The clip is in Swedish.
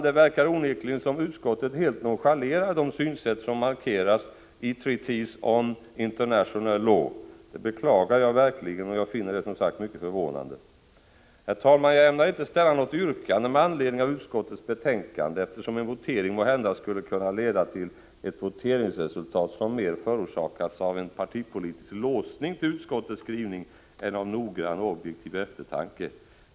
Det verkar onekligen som om utskottet helt nonchalerar de synsätt som markeras i Treatise on International law. Det beklagar jag verkligen och jag finner det, som sagt, mycket förvånande. Herr talman! Jag ämnar inte ställa något yrkande med anledning av utskottets betänkande, eftersom en votering måhända skulle kunna leda till ett voteringsresultat som mer förorsakats av en partipolitisk låsning till utskottets skrivning än av noggrann och objektiv eftertanke.